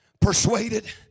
Persuaded